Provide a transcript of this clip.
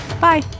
Bye